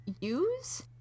use